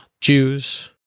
Jews